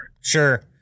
Sure